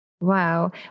wow